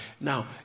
Now